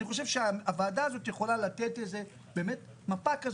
אני חושב שהוועדה יכולה לתת מפה של